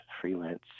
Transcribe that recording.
Freelance